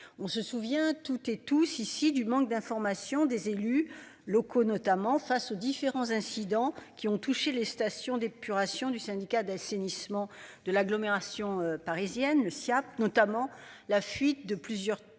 On se souvient toutes et tous, ici, du manque d'information des élus locaux, notamment face aux différents incidents qui ont touché les stations d'épuration du syndicat d'assainissement de l'agglomération parisienne le Siaap notamment la fuite de plusieurs tonnes